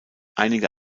einige